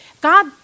God